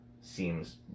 seems